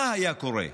מה היה קורה,